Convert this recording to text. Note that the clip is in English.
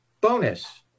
bonus